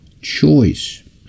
choice